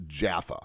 Jaffa